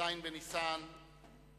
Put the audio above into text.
ז' בניסן תשס"ט,